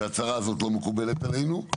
שההצהרה הזאת לא מקובלת עלינו.